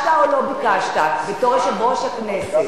ביקשת או לא ביקשת בתור יושב-ראש הכנסת,